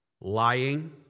lying